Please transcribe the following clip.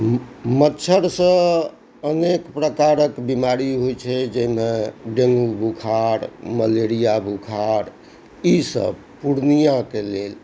मच्छरसँ अनेक प्रकारके बेमारी होइ छै जाहिमे डेन्गू बुखार मलेरिआ बुखार ईसब पूर्णियाके लेल